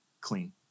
clean